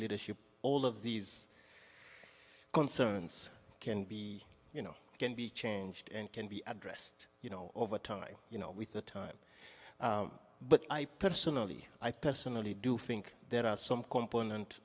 leadership all of these concerns can be you know can be changed and can be addressed you know over time you know with the time but i personally i personally do think there are some component